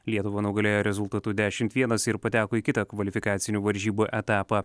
lietuvą nugalėjo rezultatu dešimt vienas ir pateko į kitą kvalifikacinių varžybų etapą